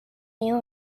you